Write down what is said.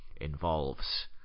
involves